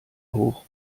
hoch